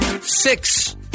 Six